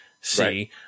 see